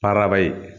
பறவை